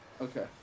Okay